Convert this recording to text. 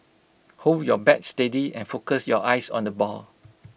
hold your bat steady and focus your eyes on the ball